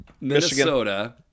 Minnesota